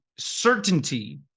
certainty